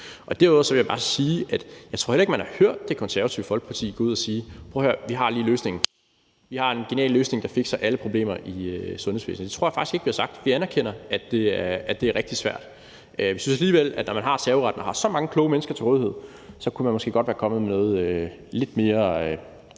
Derudover vil jeg bare sige, at jeg heller ikke tror, man har hørt Det Konservative Folkeparti sige: Prøv at høre, vi har lige løsningen; vi har en genial løsning, der fikser alle problemer i sundhedsvæsenet. Det tror jeg faktisk ikke at vi har sagt. Vi anerkender, at det er rigtig svært. Vi synes alligevel, at når man har serveretten og har så mange kloge mennesker til rådighed, kunne man måske godt være kommet med noget lidt mere